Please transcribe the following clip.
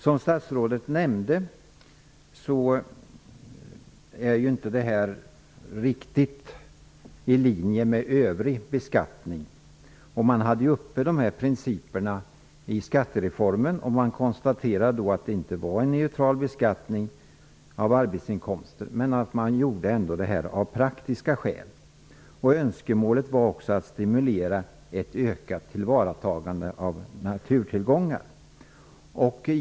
Som statsrådet nämnde är det här inte riktigt i linje med övrig beskattning. Principerna togs upp i skattereformen. Man konstaterade då att det inte var en neutral beskattning av arbetsinkomster, men att man ändå skulle genomföra detta av praktiska skäl. Önskemålet var också att stimulera ett ökat tillvaratagande av naturtillgångar.